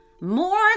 More